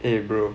eh bro